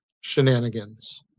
Shenanigans